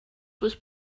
was